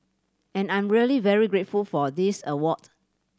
and I'm really very grateful for this award